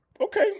Okay